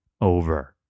over